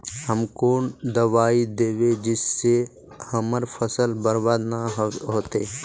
हम कौन दबाइ दैबे जिससे हमर फसल बर्बाद न होते?